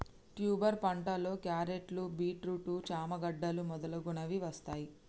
tuber పంటలో క్యారెట్లు, beetroot, చామ గడ్డలు మొదలగునవి వస్తాయ్